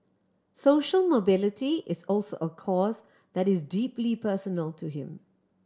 social mobility is also a cause that is deeply personal to him